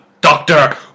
Doctor